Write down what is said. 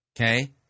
Okay